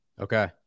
okay